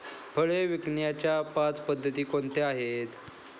फळे विकण्याच्या पाच पद्धती कोणत्या आहेत?